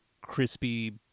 crispy